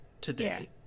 Today